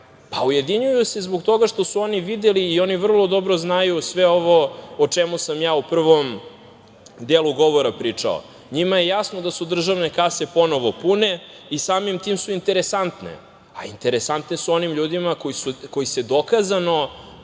Pa ujedinjuju se zbog toga što su oni videli i oni vrlo dobro znaju sve ovo o čemu sam ja u prvom delu govora pričao. Njima je jasno da su državne kase ponovo pune i samim tim su interesantne, a interesantne su onim ljudima koji se dokazano